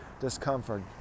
Discomfort